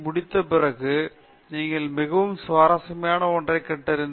முடிந்த பிறகு நீங்கள் மிகவும் சுவாரசியமான ஒன்றைக் கண்டறிந்தீர்கள்